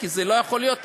כי זה לא יכול להיות,